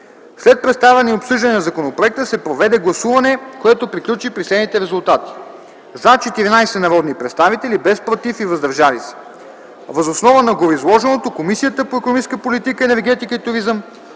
След представяне и обсъждане на законопроекта се проведе гласуване, което приключи при следните резултати: „за” – 14 народни представители, без „против” и „въздържали се”. Въз основа на гореизложеното Комисията по икономическа политика, енергетика и туризъм,